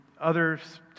others